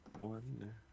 One